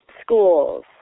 schools